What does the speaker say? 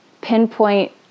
pinpoint